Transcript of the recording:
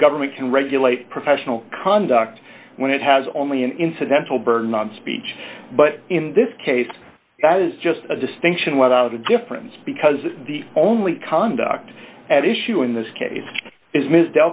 the government can regulate professional conduct when it has only an incidental burden on speech but in this case that is just a distinction without a difference because the only conduct at issue in this case is ms